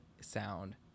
sound